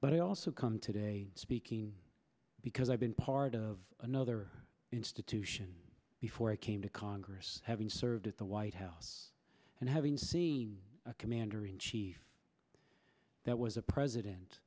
but i also come today speaking because i've been part of another institution before i came to congress having served at the white house and having seen a commander in chief that was a president